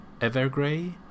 Evergrey